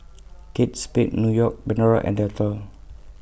Kate Spade New York Pandora and Dettol